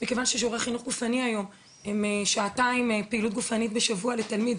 מכיוון ששיעורי חינוך גופני היום הם שעתיים פעילות גופנית בשבוע לתלמיד,